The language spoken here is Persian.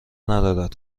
ندارد